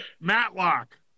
matlock